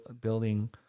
building